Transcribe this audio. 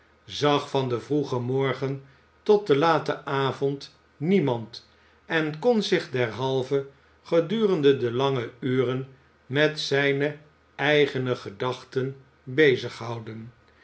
zag van den vroegen morgen tot den laten avond niemand en kon zich derhalve gedurende de lange uren met zijne eigene gedachten